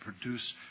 produce